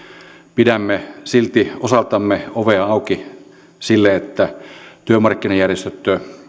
pidämme silti osaltamme ovea auki sille että työmarkkinajärjestöt